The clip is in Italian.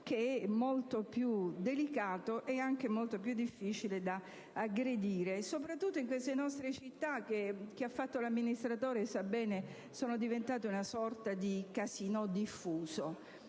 che è molto più delicato e anche più difficile da aggredire, soprattutto in queste nostre città che - come sa bene chi ha fatto l'amministratore - sono diventate una sorta di casinò diffuso.